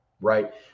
right